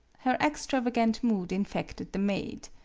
her extravagant mood infected the maid.